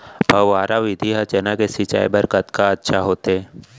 फव्वारा विधि ह चना के सिंचाई बर कतका अच्छा होथे?